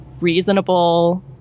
reasonable